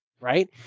right